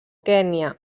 kenya